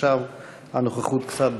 עכשיו הנוכחות קצת דלה,